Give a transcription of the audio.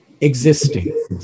existing